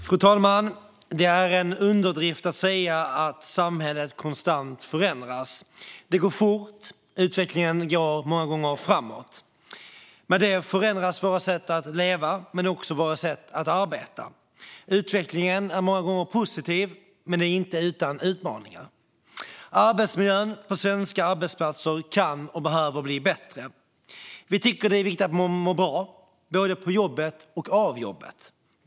Fru talman! Det är en underdrift att säga att samhället konstant förändras. Det går många gånger fort. Utvecklingen går framåt. Med detta förändras våra sätt att leva och också våra sätt att arbeta. Utveckling är många gånger något positivt men inte utan utmaningar. Arbetsmiljön på svenska arbetsplatser kan och behöver bli bättre. Vi tycker att det viktigt att man mår bra, både på jobbet och av jobbet.